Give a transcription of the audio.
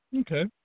Okay